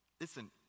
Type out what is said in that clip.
Listen